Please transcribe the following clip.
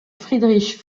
friedrich